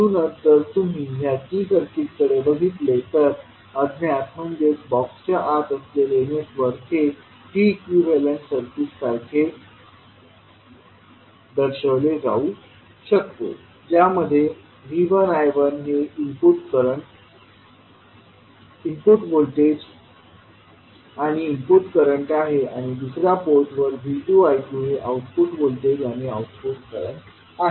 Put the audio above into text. म्हणूनच जर तुम्ही ह्या T सर्किटकडे बघितले तर अज्ञात म्हणजेच बॉक्सच्या आत असलेले नेटवर्क हे T इक्विवेलेंट सर्किटसारखे दर्शविले जाऊ शकते ज्यामध्ये V1 I1हे इनपुट व्होल्टेज आणि इनपुट करंट आहे आणि दुसऱ्या पोर्टवर V2 I2 हे आउटपुट व्होल्टेज आणि आउटपुट करंट आहे